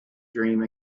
dream